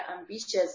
ambitious